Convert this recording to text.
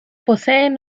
poseen